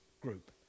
group